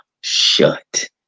shut